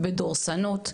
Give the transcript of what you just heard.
בדורסנות,